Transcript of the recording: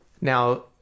Now